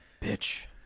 Bitch